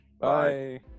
Bye